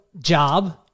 job